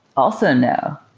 also no.